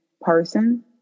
person